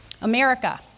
America